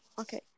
Okay